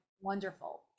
wonderful